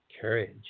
Courage